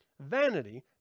Vanity